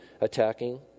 attacking